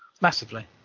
massively